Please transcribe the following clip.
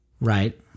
right